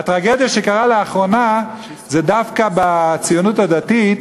הטרגדיה שקרתה לאחרונה היא דווקא בציונות הדתית,